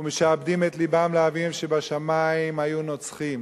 ומשעבדים את לבם לאביהם שבשמים, היו נוצחים,